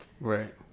Right